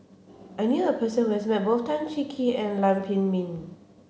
I knew a person who has met both Tan Cheng Kee and Lam Pin Min